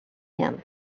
him